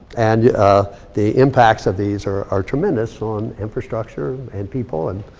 and yeah ah the impacts of these are are tremendous on infrastructure and people. and